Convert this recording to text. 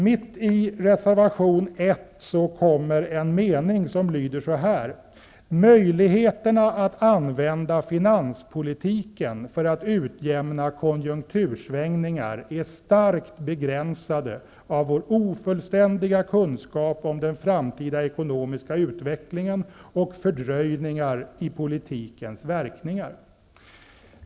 Mitt i reservation 1 finns en mening som lyder: ''Möjligheterna att använda finanspolitiken för att utjämna konjunktursvängningar är starkt begränsade av vår ofullständiga kunskap om den framtida ekonomiska utvecklingen och fördröjningar i politikens verkningar.''